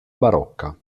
barocca